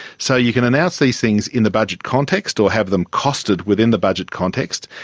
so you can announce these things in the budget context or have them costed within the budget context,